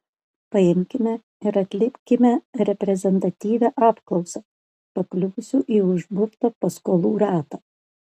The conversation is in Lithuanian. paimkime ir atlikime reprezentatyvią apklausą pakliuvusių į užburtą paskolų ratą